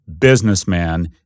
businessman